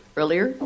earlier